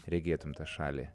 regėtume tą šalį